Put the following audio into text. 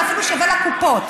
זה אפילו שווה לקופות.